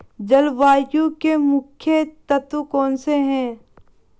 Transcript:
जलवायु के मुख्य तत्व कौनसे हैं?